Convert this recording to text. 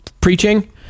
preaching